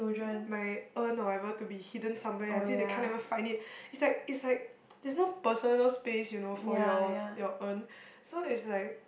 my my urn or whatever to be hidden somewhere until they can't even find it it's like it's like there's no personal space you know for your your urn so it's like